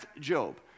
Job